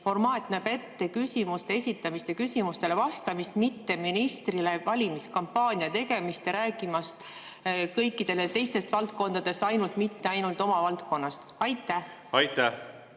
formaat näeb ette küsimuste esitamist ja küsimustele vastamist, mitte ministrile valimiskampaania tegemist ja rääkimist kõikidele teistest valdkondadest, ainult mitte oma valdkonnast. Ma